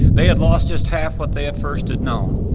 they had lost just half what they at first had known.